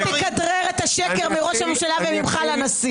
אל תכדרר את השקר מראש הממשלה וממך אל הנשיא.